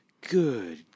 Good